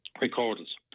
recorders